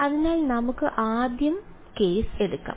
അതിനാൽ നമുക്ക് ആദ്യം കേസ് എടുക്കാം